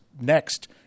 next